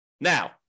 Now